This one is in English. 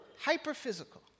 Hyperphysical